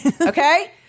Okay